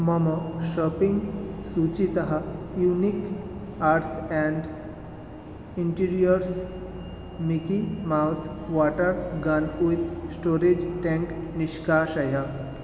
मम शाप्पिङ्ग् सूचीतः unique arts and interiors Mickey Mouse water gun with storage tank निष्कासय